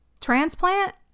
Transplant